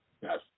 Yes